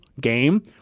game